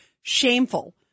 shameful